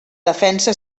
defensa